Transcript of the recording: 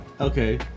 okay